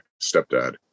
stepdad